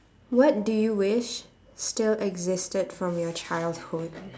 what do you wish still existed from your childhood